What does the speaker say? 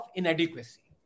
inadequacy